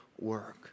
work